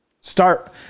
start